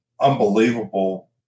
unbelievable